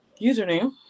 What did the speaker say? username